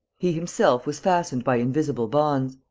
he himself was fastened by invisible bonds.